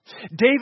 David